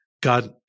God